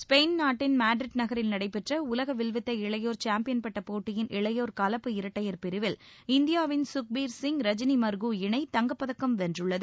Spain நாட்டின் Madrid நகரில் நடைபெற்ற உலக வில்வித்தை இளையோர் சாம்பியன் பட்டப் போட்டியின் இளையோர் கலப்பு இரட்டையர் பிரிவில் இந்தியாவின் சுக்பீர்சிங் ரஜினி மர்கூ இணை தங்கப்பதக்கம் வென்றுள்ளது